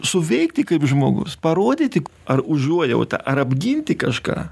suveikti kaip žmogus parodyti ar užuojautą ar apginti kažką